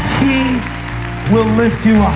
he will lift you